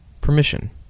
permission